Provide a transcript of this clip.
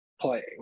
playing